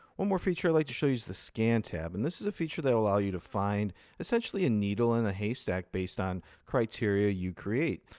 one more feature i'd like to show you is the scan tab. and this is a feature that'll allow you to find essentially a needle in a haystack based on criteria you create.